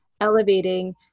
elevating